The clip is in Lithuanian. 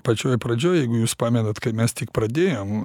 pačioj pradžioj jeigu jūs pamenat kai mes tik pradėjom